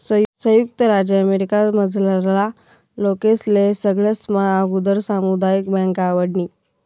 संयुक्त राज्य अमेरिकामझारला लोकेस्ले सगळास्मा आगुदर सामुदायिक बँक आवडनी